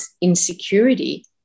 insecurity